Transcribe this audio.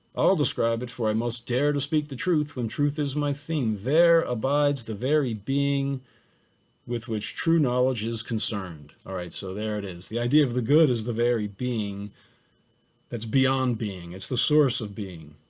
i'll describe it, for i must dare to speak the truth when truth is my theme. there abides the very being with which true knowledge is concerned. all right, so there it is. the idea of the good is the very being that's beyond being. it's the source of being.